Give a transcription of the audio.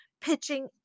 pitching